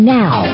now